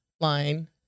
line